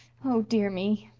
oh, dear me!